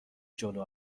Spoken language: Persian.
جلو